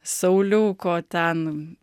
sauliuko ten